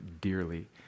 dearly